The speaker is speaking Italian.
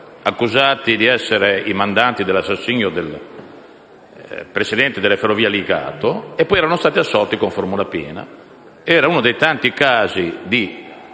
carcere, accusati di essere i mandanti dell'assassino del presidente delle ferrovie Ligato, e poi erano stati assolti con formula piena.